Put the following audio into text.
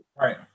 Right